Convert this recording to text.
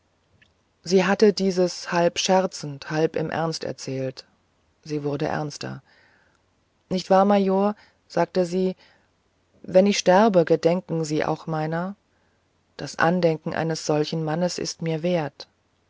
sie hatte dieses halb scherzend halb in ernst erzählt sie wurde ernster nicht wahr major sagte sie wenn ich sterbe gedenken sie auch meiner das andenken eines solchen mannes ist mir wert